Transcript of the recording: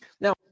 Now